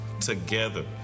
together